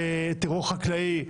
טרור חקלאי.